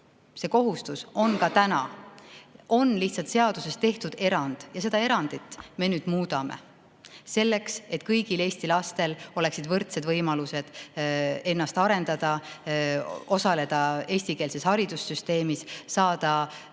See kohustus on ka praegu. Lihtsalt seaduses on tehtud erand ja seda erandit me nüüd muudame, selleks et kõigil Eesti lastel oleksid võrdsed võimalused areneda, osaleda eestikeelses haridussüsteemis, jõuda